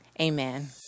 Amen